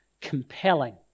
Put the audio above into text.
compelling